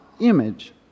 image